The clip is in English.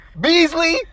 Beasley